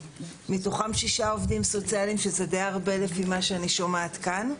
מתוכם שישה עובדים סוציאליים - שזה די הרבה ממה שאני שומעת כאן.